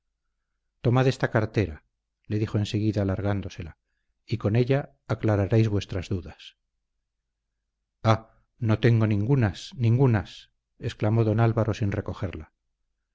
tomad esta cartera le dijo enseguida alargándosela y con ella aclararéis vuestras dudas ah no tengo ningunas ningunas exclamó don álvaro sin recogerla